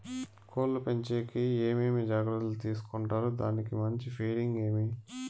కోళ్ల పెంచేకి ఏమేమి జాగ్రత్తలు తీసుకొంటారు? దానికి మంచి ఫీడింగ్ ఏమి?